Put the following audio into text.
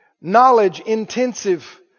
knowledge-intensive